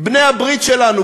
בעלי הברית שלנו,